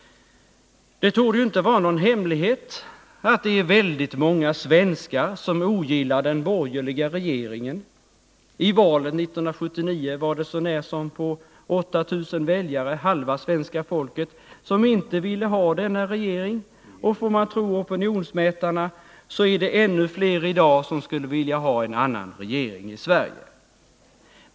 Det torde inte vara någon hemlighet att det är väldigt många svenskar som ogillar den borgerliga regeringen. I valet 1979 var det så när som på 8 000 väljare halva svenska folket som inte ville ha denna regering, och får man tro opinionsmätarna så är det ännu fler i dag som skulle vilja ha en annan regering i Sverige.